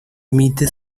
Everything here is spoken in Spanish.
emite